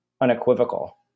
unequivocal